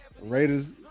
Raiders